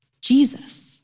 Jesus